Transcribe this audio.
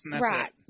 Right